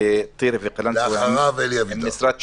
בטירה ובקלנסואה עם משרד השיכון.